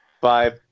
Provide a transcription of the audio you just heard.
five